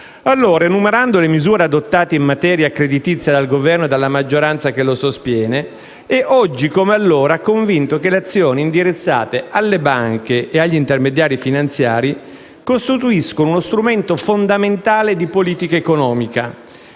Enumerando le misure adottate in materia creditizia dal Governo e dalla maggioranza che lo sostiene, oggi come allora sono convinto che le azioni indirizzate alle banche e agli intermediari finanziari costituiscano uno strumento fondamentale di politica economica,